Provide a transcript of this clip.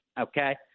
Okay